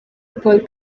paul